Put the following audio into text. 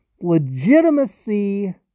legitimacy